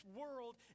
world